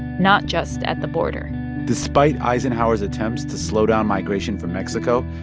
not just at the border despite eisenhower's attempts to slow down migration from mexico,